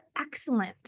excellent